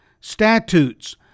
statutes